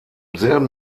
selben